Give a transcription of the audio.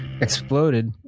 exploded